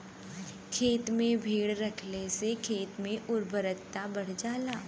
खेते में भेड़ रखले से खेत के उर्वरता बढ़ जाला